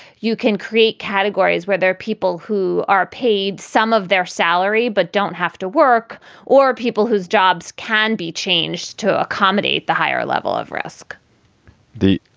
you can create categories where there are people who are paid some of their salary but don't have to work or people whose jobs can be changed to accommodate the higher level of risk the.